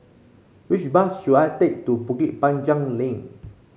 which bus should I take to Bukit Panjang Link